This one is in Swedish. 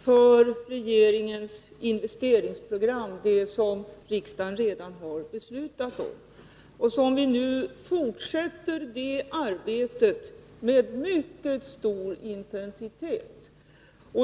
för regeringens investeringsprogram, det som riksdagen redan har beslutat om, och som vi nu fortsätter det arbetet med mycket stor intensitet.